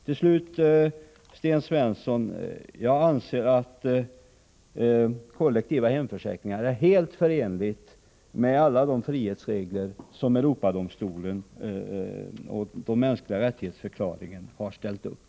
Till slut, Sten Svensson: Jag anser att systemet med kollektiva hemförsäkringar är helt förenligt med alla de frihetsregler som ställts upp av Europadomstolen och i förklaringen om de mänskliga rättigheterna.